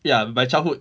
ya my childhood